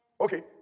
Okay